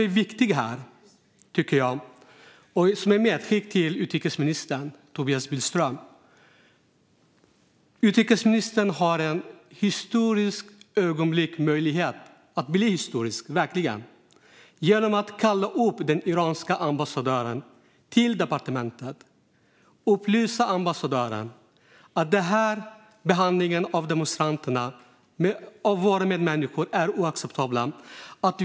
Ett viktigt medskick till utrikesminister Tobias Billström är att han har en möjlighet att bli historisk genom att kalla upp den iranska ambassadören till departementet och upplysa ambassadören om att denna behandling av demonstranterna, våra medmänniskor, är oacceptabel.